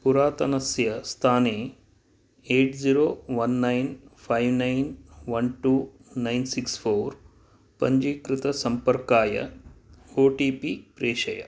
पुरातनस्य स्थाने eight zero one nine five nine one two nine six four पञ्जीकृतसम्पर्काय O T P प्रेषय